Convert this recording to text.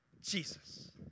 Jesus